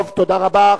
טוב, תודה רבה.